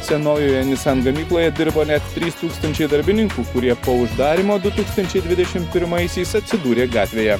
senojoje nissan gamykloje dirbo net trys tūkstančiai darbininkų kurie po uždarymo du tūkstančiai dvidešimt pirmaisiais atsidūrė gatvėje